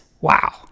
Wow